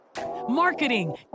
marketing